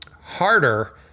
harder